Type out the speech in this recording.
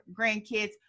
grandkids